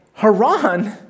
Haran